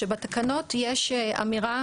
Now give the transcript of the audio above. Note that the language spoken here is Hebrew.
שבתקנות יש אמירה